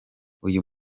uyu